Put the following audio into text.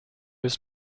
was